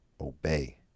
obey